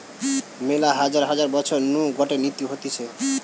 মেলা হাজার হাজার বছর নু গটে নীতি হতিছে